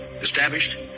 established